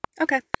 Okay